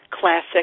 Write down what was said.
classic